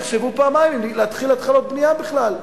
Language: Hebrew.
יחשבו פעמיים אם להתחיל בנייה בכלל,